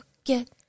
forget